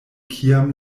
kiam